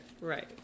right